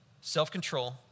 self-control